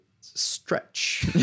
stretch